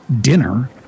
dinner